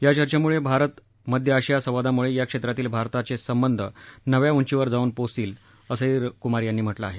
या चर्चेमुळे भारत मध्य आशिया संवादामुळे या क्षेत्रातील भारताचे संबंध नव्या उंचीवर जाऊन पोचतील असंही कुमार यांनी म्हटलं आहे